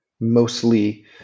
mostly